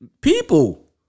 People